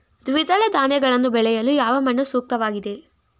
ದ್ವಿದಳ ಧಾನ್ಯಗಳನ್ನು ಬೆಳೆಯಲು ಯಾವ ಮಣ್ಣು ಸೂಕ್ತವಾಗಿದೆ?